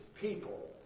people